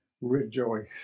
rejoice